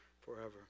forever